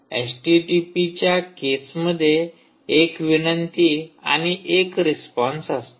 एचटीटीपीच्या केसमध्ये एक विनंती आणि एक रिस्पॉन्स असतो